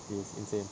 is insane